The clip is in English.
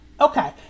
Okay